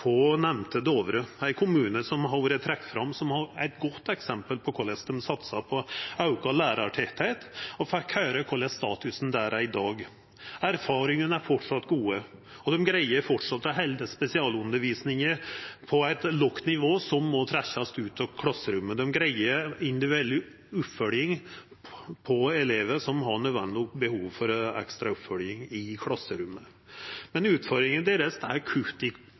nemnde Dovre, ein kommune som har vore trekt fram som eit godt eksempel på korleis dei satsar på auka lærartettleik, og fekk høyra korleis statusen er der i dag. Erfaringane er framleis gode, og dei greier framleis å halda spesialundervisninga som må trekkjast ut av klasseromma, på eit lågt nivå – dei greier individuell oppfølging av elevar som har behov for det, i klasserommet. Men utfordringa deira er